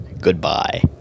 Goodbye